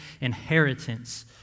inheritance